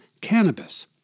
cannabis